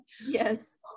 Yes